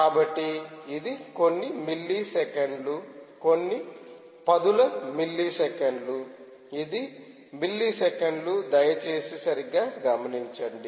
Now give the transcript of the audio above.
కాబట్టి ఇది కొన్ని మిల్లీ సెకన్లు కొన్ని పదుల మిల్లీ సెకన్లు ఇది మిల్లీ సెకన్లు దయచేసి సరిగ్గా గమనించండి